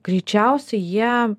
greičiausiai jie